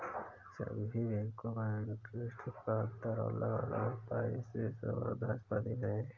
सभी बेंको का इंटरेस्ट का दर अलग अलग होता है जिससे स्पर्धा बनी रहती है